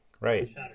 Right